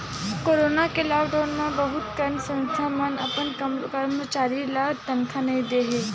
corona के lockdown म बहुत कन संस्था मन अपन करमचारी ल तनखा नइ दे हे